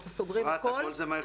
אנחנו סוגרים הכול,